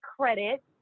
credit